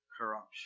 corruption